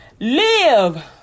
Live